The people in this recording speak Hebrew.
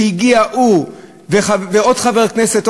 שהוא הגיע ועוד חבר כנסת,